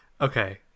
Okay